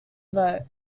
vote